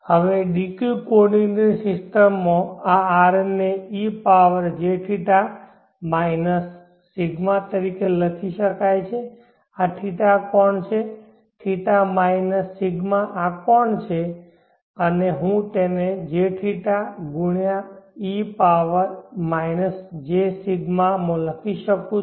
હવે D Q coordinate સિસ્ટમમાં આ R ને e પાવર jθ માઈનસ ρ તરીકે લખી શકાય છે આ θ કોણ છે θ માઈનસ ρ આ કોણ છે અને હું તેને jθ ગુણ્યાં e પાવર jρ માં લખી શકું છું